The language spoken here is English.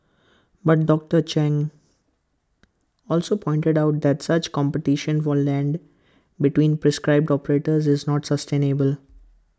but doctor chung also pointed out that such competition for land between prescribe operators is not sustainable